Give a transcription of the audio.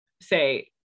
say